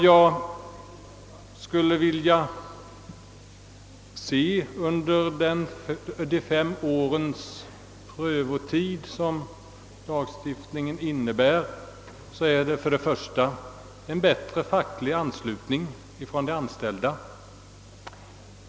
Jag skulle önska att vi under de fem årens prövotid finge en bättre facklig anslutning av de anställda.